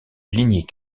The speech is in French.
lignée